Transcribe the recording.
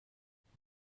nein